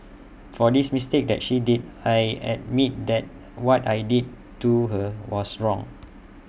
for the mistake that she did I admit that what I did to her was wrong